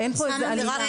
אין פה איזו עלילה.